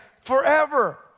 forever